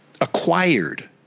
acquired